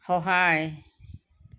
সহায়